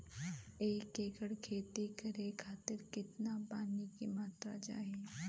एक एकड़ खेती करे खातिर कितना पानी के मात्रा चाही?